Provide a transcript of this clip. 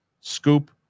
scoop